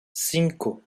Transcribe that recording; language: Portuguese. cinco